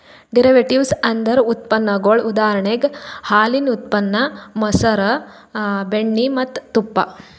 derivatives ಅಂದ್ರ ಉತ್ಪನ್ನಗೊಳ್ ಉದಾಹರಣೆಗ್ ಹಾಲಿನ್ ಉತ್ಪನ್ನ ಮಸರ್, ಬೆಣ್ಣಿ ಮತ್ತ್ ತುಪ್ಪ